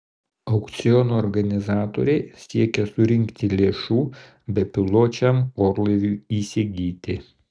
aukciono organizatoriai siekia surinkti lėšų bepiločiam orlaiviui įsigyti